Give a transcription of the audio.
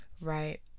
right